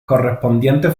correspondientes